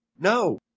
No